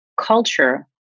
culture